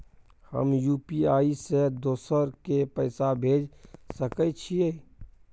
हम यु.पी.आई से दोसर के पैसा भेज सके छीयै?